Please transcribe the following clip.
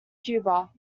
cuba